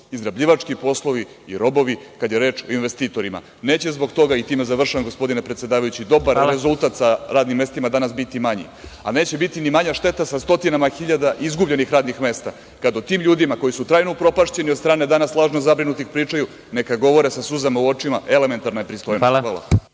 izrabljivački poslovi i robovi kada je reč o investitorima. Neće zbog toga, time završavam, gospodine predsedavajući, dobar rezultat sa radnim mestima danas biti manji, a neće biti ni manja šteta sa stotinama hiljada izgubljenih radnih mesta, kad o tim ljudima pričaju, koji su trajno upropašćeni od strane danas lažno zabrinutih, neka govore sa suzama u očima, elementarna je pristojnost. Hvala.